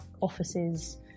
offices